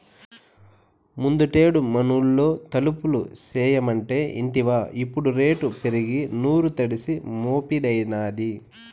ముందుటేడు మనూళ్లో తలుపులు చేయమంటే ఇంటివా ఇప్పుడు రేటు పెరిగి సూరు తడిసి మోపెడైనాది